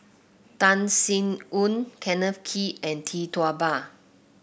Tan Sin Aun Kenneth Kee and Tee Tua Ba